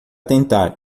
tentar